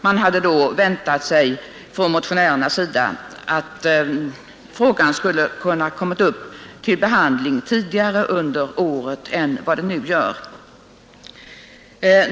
Motionärerna hade därför väntat sig att frågan skulle ha kunnat komma upp till behandling tidigare under året än den nu gör.